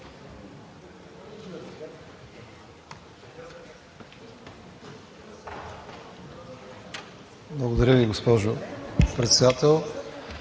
Благодаря Ви, госпожо Председател.